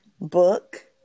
book